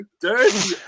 Dirty